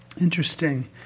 Interesting